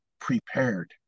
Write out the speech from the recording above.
prepared